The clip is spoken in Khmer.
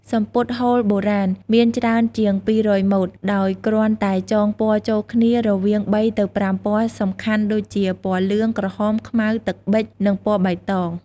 សំពត់ហូលបុរាណមានច្រើនជាង២០០ម៉ូត ដោយគ្រាន់តែចងពណ៌ចូលគ្នារវាង៣ទៅ៥ពណ៌សំខាន់ដូចជា ពណ៌លឿង ក្រហម ខ្មៅ ទឹកប៊ិច និងពណ៌បៃតង។